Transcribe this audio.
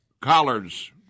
collards